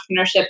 entrepreneurship